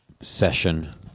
session